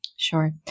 Sure